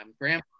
grandpa